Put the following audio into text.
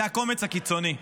זה הקומץ הקיצוני.